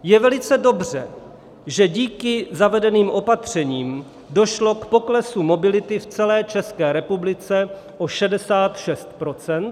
Je velice dobře, že díky zavedeným opatřením došlo k poklesu mobility v celé České republice o 66 %.